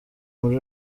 muri